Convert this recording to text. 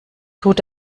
tut